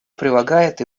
прилагает